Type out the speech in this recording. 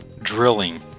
Drilling